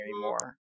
anymore